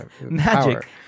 magic